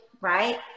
right